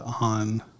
on